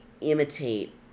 imitate